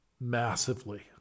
massively